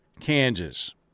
Kansas